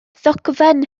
ddogfen